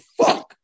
fuck